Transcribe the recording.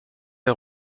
der